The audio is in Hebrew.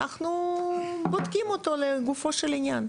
אנחנו בודקים אותו לגופו של עניין.